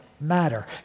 matter